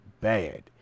bad